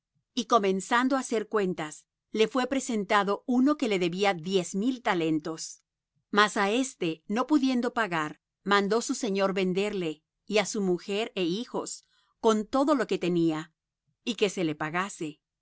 y comenzando á hacer cuentas le fué presentado uno que le debía diez mil talentos mas á éste no pudiendo pagar mandó su señor venderle y á su mujer é hijos con todo lo que tenía y que se le pagase